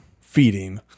feeding